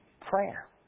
prayer